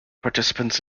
participants